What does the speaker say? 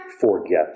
forget